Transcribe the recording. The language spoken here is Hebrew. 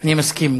אני מסכים.